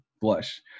blush